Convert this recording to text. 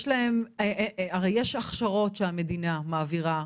יש להן, הרי יש הכשרות שהמדינה מעבירה.